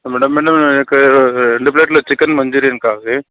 ఒక రెండు ప్లేట్లు చికెన్ మంచూరియన్ కావాలి